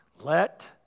Let